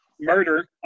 murder